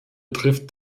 trifft